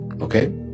Okay